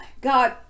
God